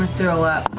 throw up.